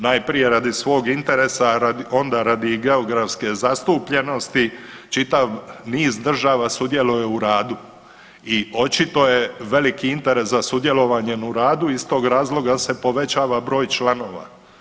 Najprije radi svog interesa onda radi i geografske zastupljenosti čitav niz država sudjeluje u radu i očito je veliki interes za sudjelovanjem u radu i iz tog razloga se povećava broj članova.